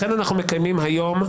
לכן אנחנו מקיימים דיון היום,